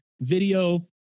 video